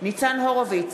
ניצן הורוביץ,